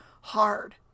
hard